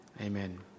amen